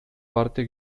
parte